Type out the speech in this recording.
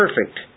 perfect